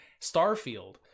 starfield